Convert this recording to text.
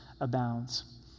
abounds